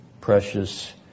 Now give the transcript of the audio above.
precious